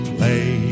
Play